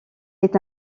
est